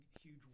huge